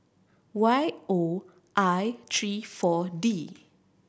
Y O I three Four D